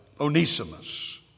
Onesimus